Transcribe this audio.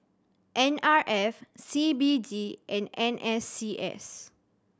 N R F C B D and N S C S